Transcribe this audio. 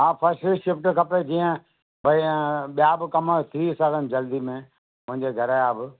हा फ़र्स्ट जी शिफ़्ट खपे जीअं भई ॿिया बि कम थी सघनि जल्दी में मुंहिंजे घर जा बि